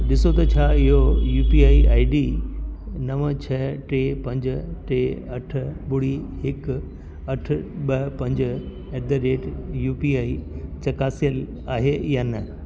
ॾिसो त छा इहो U P I I D नव छह टे पंज टे अठ ॿुड़ी हिकु अठ ॿ पंज at the rate U P I चकासियल आहे या न